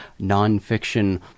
nonfiction